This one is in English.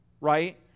right